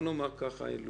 לא על המדינה?